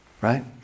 right